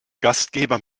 gastgeber